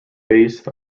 based